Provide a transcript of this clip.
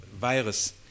virus